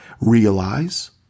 Realize